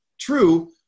true